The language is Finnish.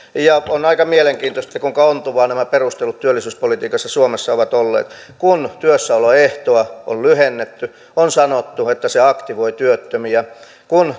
ja on aika mielenkiintoista kuinka ontuvia nämä perustelut työllisyyspolitiikassa suomessa ovat olleet kun työssäoloehtoa on lyhennetty on sanottu että se aktivoi työttömiä kun